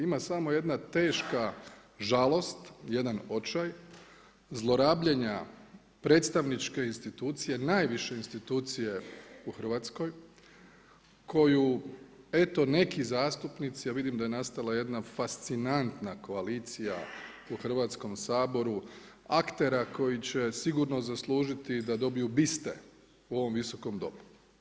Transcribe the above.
Ima samo jedna teška žalost, jedan očaj zlorabljenja predstavničke institucije, najviše institucije u Hrvatskoj koju eto neki zastupnici, a vidim da je nastala jedna fascinantna koalicija u Hrvatskom sabor, aktera koji će sigurno zaslužiti da dobiju biste u ovom Visokom domu.